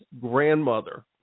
grandmother